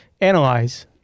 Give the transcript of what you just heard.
Analyze